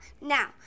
now